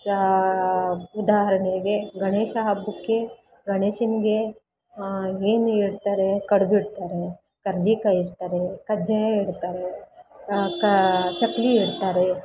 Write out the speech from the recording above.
ಚಾ ಉದಾಹರಣೆಗೆ ಗಣೇಶ ಹಬ್ಬಕ್ಕೆ ಗಣೇಶನಿಗೆ ಏನ್ ಇಡ್ತಾರೆ ಕಡ್ಬು ಇಡ್ತಾರೆ ಕರ್ಜಿಕಾಯಿ ಇಡ್ತಾರೆ ಕಜ್ಜಾಯ ಇಡ್ತಾರೆ ಕ ಚಕ್ಕುಲಿ ಇಡ್ತಾರೆ